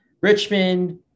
Richmond